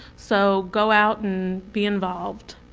so go out and be involved.